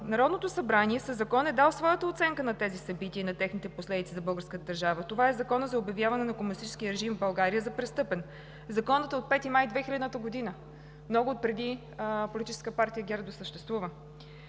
Народното събрание със закон е дало своята оценка на тези събития и на техните последици за българската държава. Това е Законът за обявяване на комунистическия режим в България за престъпен. Законът е от 5 май 2000 г., много преди Политическа партия ГЕРБ да съществува.